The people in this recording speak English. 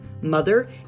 mother